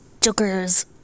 jokers